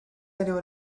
anyone